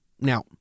Now